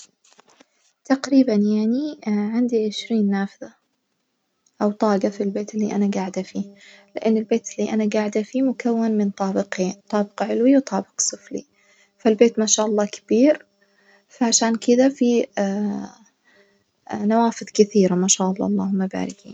تقريبا يعني عندي عشرين نافذة أو طاجة في البيت الأنا جاعدة فيه، لإن البيت الأنا جاعدة فيه مكون من طابقين طابق علوي وطابق سفلي، فالبيت ماشا الله كبير فعشان كدة فيه نوافذ كثيرة ماشا الله اللهم بارك يعني.